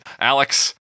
Alex